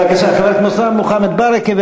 בבקשה, חבר הכנסת מוחמד ברכה.